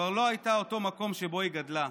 כבר לא הייתה אותו מקום שבו היא גדלה.